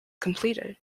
completed